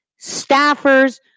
staffers